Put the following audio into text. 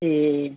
ए